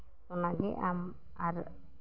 ᱚᱱᱟᱜᱮ ᱟᱢ ᱟᱨ